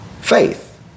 faith